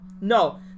No